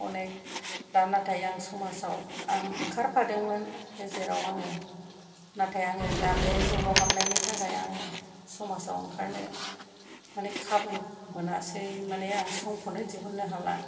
अनेक दा नाथाय आं समाजाव आं ओंखारफादोंमोन गेजेराव आङो नाथाय आङो दा बे ज'बाव हाबनायनि थाखाय आङो समजाव ओंखारनो माने खाबु मोनासै माने आं समखौनो दिहुननो हाला